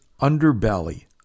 underbelly